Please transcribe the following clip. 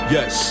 Yes